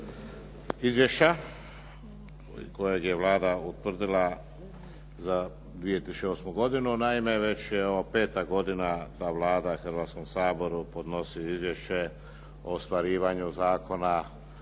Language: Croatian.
izvješća kojeg je Vlada utvrdila za 2008. godinu. Naime, već je ovo 5. godina da Vlada Hrvatskom saboru podnosi izvješće o ostvarivanju Zakona